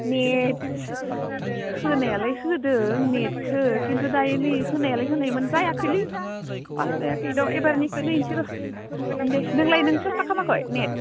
net होनायालाय होदों नेटखो खिन्थु दायो बे होनायालाय होनायमोन जायाखैलै पास जायाखैर' एबारनिखो नायनोसैर' दे नोंलाय नों सेसथा खालामाखै नेट